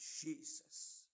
Jesus